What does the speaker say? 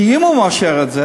כי אם הוא מאשר את זה